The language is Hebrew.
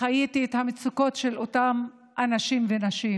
חייתי את המצוקות של אותם אנשים ונשים.